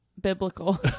biblical